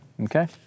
Okay